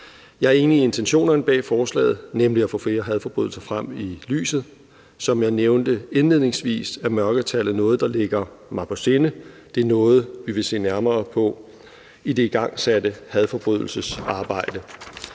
Jeg er enig i intentionerne bag forslaget, nemlig at få flere hadforbrydelser frem i lyset. Som jeg nævnte indledningsvis, er mørketallet noget, der ligger mig på sinde. Det er noget, vi vil se nærmere på i det igangsatte hadforbrydelsesarbejde.